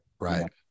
right